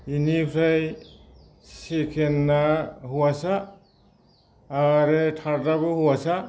इनिफ्राय सेकेन्डआ हौवासा आरो थार्डआबो हौवासा